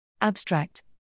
Abstract